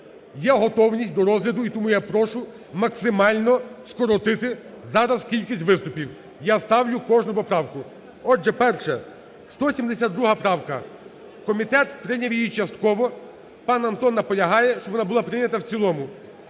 Є готовність до розгляду. І тому я прошу максимально скоротити зараз кількість виступів. Я ставлю кожну поправку. Отже, перше. 172 правка. Комітет прийняв її частково. Пан Антон наполягає, щоб вона була прийнята в цілому.